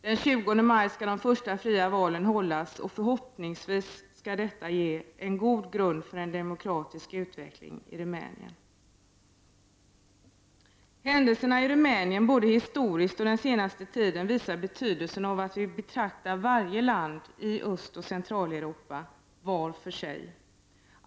Den 20 maj skall de första fria valen hållas och förhoppningsvis skall dessa ge en god grund för en demokratisk utveckling i Rumänien. Utvecklingen i Rumänien visar, såväl historiskt sett som efter den senaste tidens händelser, betydelsen av att vi betraktar varje land i Östoch Centraleuropa var för sig.